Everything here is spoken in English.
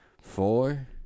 four